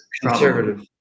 conservative